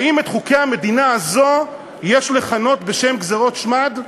האם את חוקי המדינה הזאת יש לכנות בשם "גזירות שמד"?